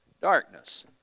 Darkness